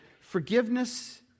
forgiveness